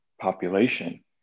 population